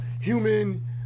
Human